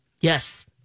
Yes